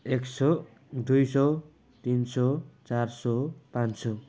एक सौ दुई सौ तिन सौ चार सौ पाँच सौ